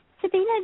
Sabina